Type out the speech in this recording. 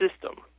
system